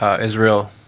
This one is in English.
Israel